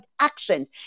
actions